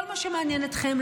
כל מה שמעניין אתכם,